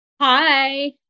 Hi